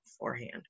beforehand